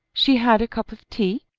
she had a cup of tea,